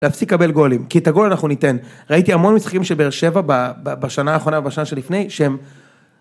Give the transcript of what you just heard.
להפסיק לקבל גולים כי את הגול אנחנו ניתן. ראיתי המון משחקים של באר שבע בשנה האחרונה ובשנה שלפני שהם